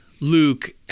Luke